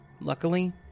Luckily